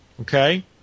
Okay